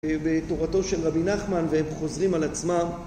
בתורתו של רבי נחמן, והם חוזרים על עצמם.